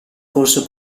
corso